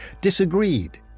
disagreed